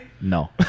No